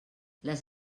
les